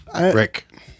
Rick